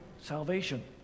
salvation